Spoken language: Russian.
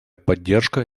поддержка